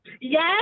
Yes